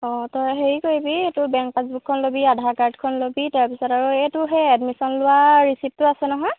অঁ তই হেৰি কৰিবি তোৰ বেংক পাছবুকখন ল'বি আধাৰ কাৰ্ডখন ল'বি তাৰপিছত আৰু এই তোৰ সেই এডমিশ্যন লোৱা ৰিচিপ্টটো আছে নহয়